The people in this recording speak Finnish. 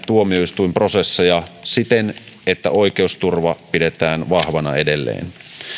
tuomioistuinprosesseja siten että oikeusturva pidetään vahvana edelleen